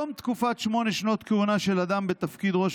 בתום תקופת שמונה שנות כהונה של אדם בתפקיד ראש